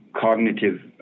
cognitive